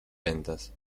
ventas